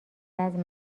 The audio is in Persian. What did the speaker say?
وزن